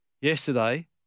yesterday –